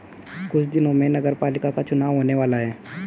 कुछ दिनों में नगरपालिका का चुनाव होने वाला है